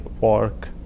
work